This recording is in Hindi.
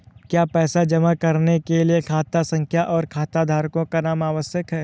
क्या पैसा जमा करने के लिए खाता संख्या और खाताधारकों का नाम आवश्यक है?